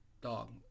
dog